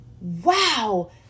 wow